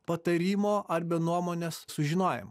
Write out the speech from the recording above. patarimo ar be nuomonės sužinojimo